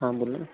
हाँ बोलिए